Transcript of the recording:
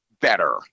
better